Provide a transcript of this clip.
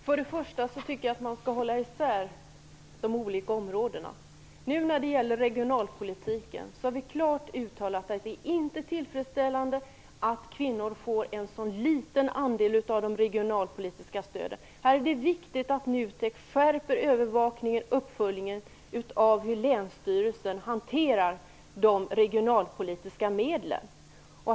Fru talman! Jag tycker att man skall hålla isär de olika områdena. När det gäller regionalpolitiken har vi klart uttalat att det inte är tillfredsställande att kvinnor får en så liten andel av de regionalpolitiska stöden. Här är det viktigt att NUTEK skärper övervakningen och uppföljningen av hur länsstyrelserna hanterar de regionalpolitiska medlen.